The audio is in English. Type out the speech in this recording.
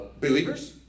believers